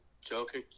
Joker